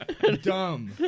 dumb